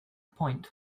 point